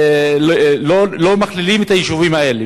לא מכלילים את היישובים האלה.